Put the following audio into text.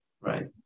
right